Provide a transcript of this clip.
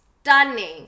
stunning